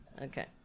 Okay